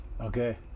Okay